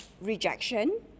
rejection